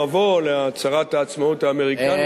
במבוא להצהרת העצמאות האמריקנית,